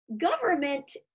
government